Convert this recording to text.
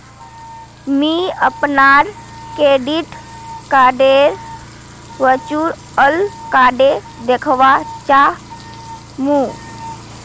मी अपनार क्रेडिट कार्डडेर वर्चुअल कार्ड दखवा चाह मु